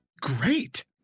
great